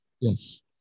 Yes